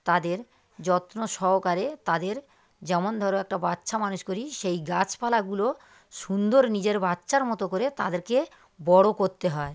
তাদের যত্ন সহকারে তাদের যেমন ধরো একটা বাচ্চা মানুষ করি সেই গাছপালাগুলো সুন্দর নিজের বাচ্চার মতো করে তাদেরকে বড় করতে হয়